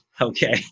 Okay